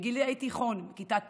בגילאי תיכון מכיתה ט'